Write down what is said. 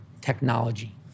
technology